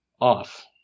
off